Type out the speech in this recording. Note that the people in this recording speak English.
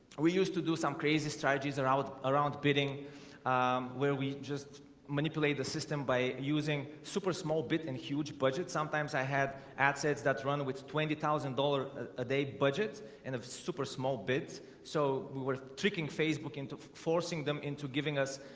we used to do some crazy strategies around around bidding where we just manipulate the system by using super small bit and huge budget sometimes i had ad sets that's run with twenty thousand dollars a day budget and a super small bids so we were tricking facebook into forcing them into giving us